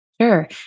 Sure